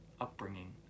Upbringing